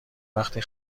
وقتی